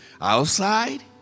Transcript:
outside